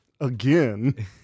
Again